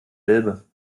elbe